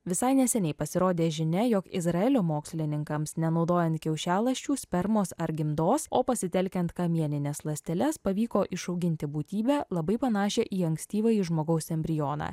visai neseniai pasirodė žinia jog izraelio mokslininkams nenaudojant kiaušialąsčių spermos ar gimdos o pasitelkiant kamienines ląsteles pavyko išauginti būtybę labai panašią į ankstyvąjį žmogaus embrioną